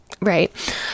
right